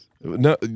No